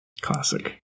Classic